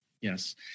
Yes